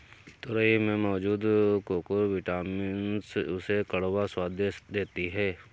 तोरई में मौजूद कुकुरबिटॉसिन उसे कड़वा स्वाद दे देती है